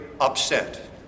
upset